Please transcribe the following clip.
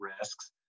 risks